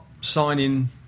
signing